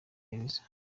gereza